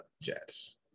Jets